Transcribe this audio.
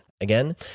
Again